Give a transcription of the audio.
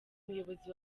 umuyobozi